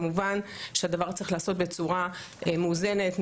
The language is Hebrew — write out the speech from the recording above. כמובן שהדבר צריך להיעשות בצורה מאוזנת,